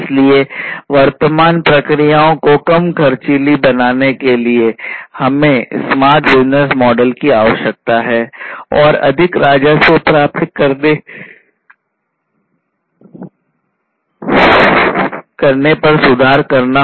इसलिए वर्तमान प्रक्रियाओं को कम खर्चीली बनाने के लिए हमें स्मार्ट बिजनेस मॉडल की आवश्यकता है और अधिक राजस्व प्राप्त करने पर सुधार करना